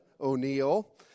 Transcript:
O'Neill